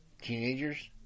Teenagers